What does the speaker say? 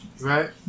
Right